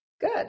Good